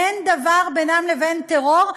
שאין דבר בינם לבין טרור,